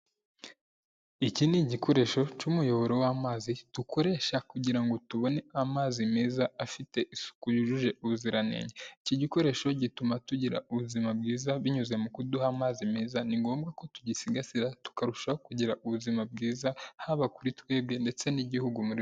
Iki ni igikoresho cy'umuyoboro w'amazi dukoresha kugira ngo tubone amazi meza afite isuku yujuje ubuziranenge. Iki gikoresho gituma tugira ubuzima bwiza binyuze mu kuduha amazi meza, ni ngombwa ko tugisigasira tukarushaho kugira ubuzima bwiza, haba kuri twebwe ndetse n'igihugu muri...